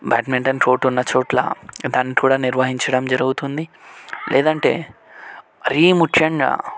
badminton court ఉన్నచోట్ల దాన్ని కూడా నిర్వహించడం జరుగుతుంది లేదంటే మరీ ముఖ్యంగా